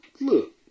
Look